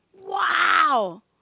wow